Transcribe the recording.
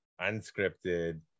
unscripted